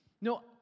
no